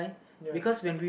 ya